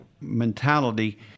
mentality